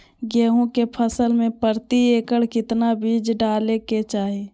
गेहूं के फसल में प्रति एकड़ कितना बीज डाले के चाहि?